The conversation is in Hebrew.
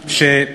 ישראל.